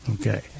Okay